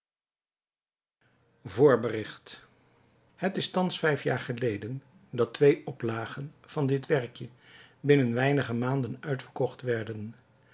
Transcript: voorbericht het is thans vijf jaar geleden dat twee oplagen van dit werkje binnen weinige maanden uitverkocht werden